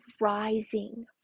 rising